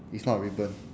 it's not a ribbon